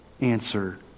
answer